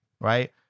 Right